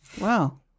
Wow